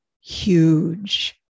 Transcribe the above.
huge